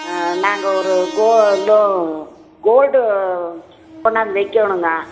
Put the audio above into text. நாங்கள் ஒரு கோ லோ கோல்டு கொண்டாந்து வைக்கணுங்க